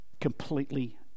completely